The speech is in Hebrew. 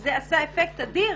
זה עשה אפקט אדיר.